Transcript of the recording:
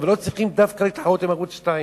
ולא צריך להתחרות דווקא עם ערוץ-2.